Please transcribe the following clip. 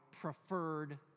preferred